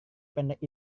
pendek